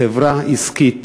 חברה עסקית